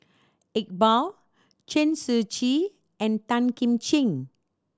Iqbal Chen Shiji and Tan Kim Ching